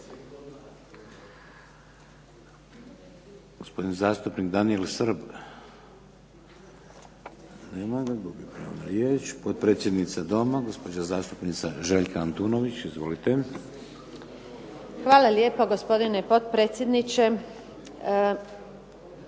Hvala lijepa gospodine potpredsjedniče.